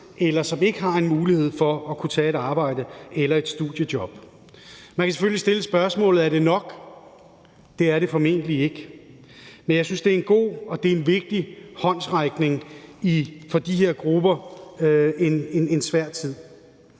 eller som ikke har en mulighed for at tage et arbejde eller et studiejob. Man kan selvfølgelig stille spørgsmålet: Er det nok? Det er det formentlig ikke, men jeg synes, det er en god og vigtig håndsrækning til de her grupper i en svær tid.